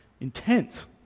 Intense